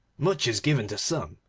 much is given to some,